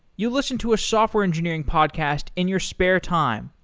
you listen to a software engineering podcast in your spare time,